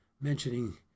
mentioning